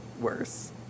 worse